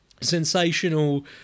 sensational